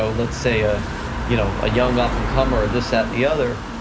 so let's say, a you know ah young up and comer or this, that, the other,